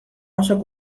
oso